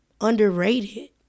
underrated